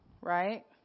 Right